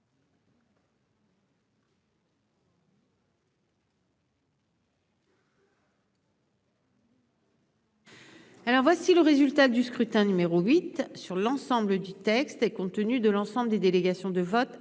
Alors voici le résultat du scrutin numéro 8 sur l'ensemble du texte, et compte tenu de l'ensemble des délégations de vote